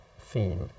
theme